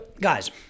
guys